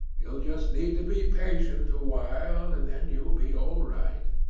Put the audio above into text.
you'll just need to be patient awhile, and then you'll be all right.